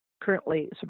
currently